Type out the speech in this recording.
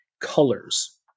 colors